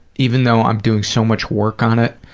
even though i am doing so much work on it,